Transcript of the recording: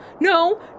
no